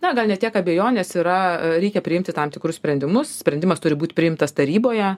na gal ne tiek abejonės yra reikia priimti tam tikrus sprendimus sprendimas turi būt priimtas taryboje